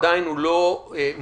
עדיין הוא לא מלא.